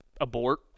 Abort